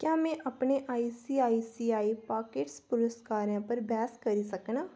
क्या में अपने आईसीआईसीआई पाकेट्स पुरस्कारें पर बैह्स करी सकनां